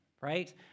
right